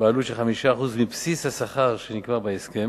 בעלות של 5% מבסיס השכר שנקבע בהסכם,